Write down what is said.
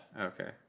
Okay